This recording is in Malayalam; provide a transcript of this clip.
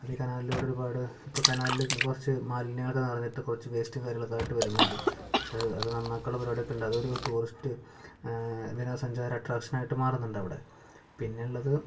അപ്പം ഈ കനാലിലൂടെ ഒരുപാട് ഇപ്പം കനാലില് കുറച്ച് മാലിന്യങ്ങൾ നിറഞ്ഞിട്ട് കുറച്ച് വേസ്റ്റ് കാര്യങ്ങളായിട്ട് വരുന്നുണ്ട് പക്ഷേ അത് നന്നാക്കാനുള്ള പരിപാടിയൊക്കെ ഉണ്ട് അത് ടൂറിസ്റ്റ് വിനോദസഞ്ചാര അട്രാക്ഷനായിട്ട് മാറുന്നുണ്ട് അവിടെ പിന്നെ ഉള്ളത്